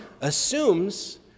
assumes